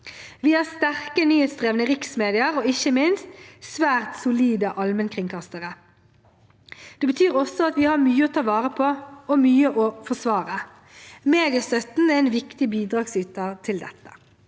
Vi har sterke nyhetsdrevne riksmedier og ikke minst svært solide allmennkringkastere. Det betyr også at vi har mye å ta vare på – og mye å forsvare. Mediestøtten er en viktig bidragsyter til dette.